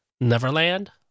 Neverland